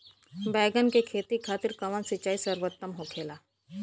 बैगन के खेती खातिर कवन सिचाई सर्वोतम होखेला?